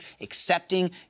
accepting